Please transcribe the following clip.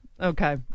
Okay